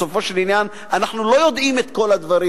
בסופו של עניין אנחנו לא יודעים את כל הדברים